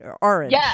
orange